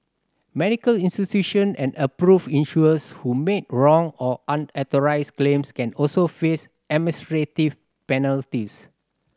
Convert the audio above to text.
medical institution and approved insurers who make wrong or unauthorised claims can also face administrative penalties